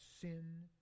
sin